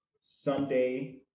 Sunday